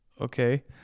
Okay